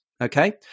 Okay